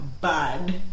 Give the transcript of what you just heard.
bad